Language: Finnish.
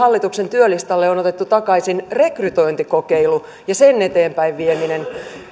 työlistalle on otettu takaisin rekrytointikokeilu ja sen eteenpäinvieminen tuntuu siltä että samaa asiaa